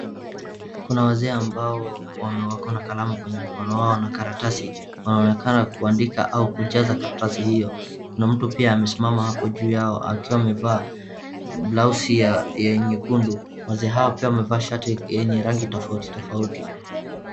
Kuna wazee ambao wako na kalamu kwenye mkono wao na karatasi. Wanaonekana kuandika au kucheza karatasi hio. Kuna mtu pia amesimama hapo juu yao akiwa amevaa blauzi ya ya nyekundu. Wazee hao hao pia wamevaa shati yenye rangi tofauti tofauti.